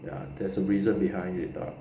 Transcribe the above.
ya there's a reason behind it lah